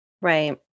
Right